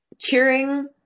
cheering